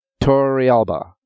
Torrealba